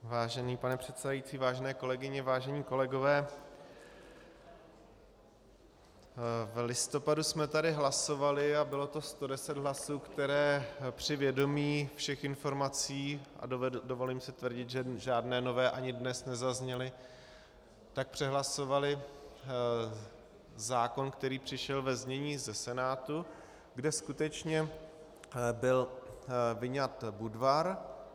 Vážený pane předsedající, vážené kolegyně, vážení kolegové, v listopadu jsme tady hlasovali a bylo to 110 hlasů, které při vědomí všech informací, a dovolím si tvrdit, že žádné nové ani dnes nezazněly, přehlasovaly zákon, který přišel ve znění ze Senátu, kde skutečně byl vyňat Budvar.